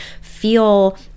feel